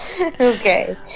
Okay